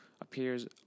appears